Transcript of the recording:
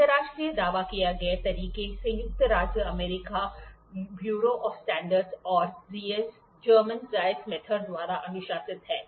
अंतर्राष्ट्रीय दावा किए गए तरीके संयुक्त राज्य अमेरिका ब्यूरो ऑफ स्टैंडर्ड्स और जर्मन विधि German method द्वारा अनुशंसित हैं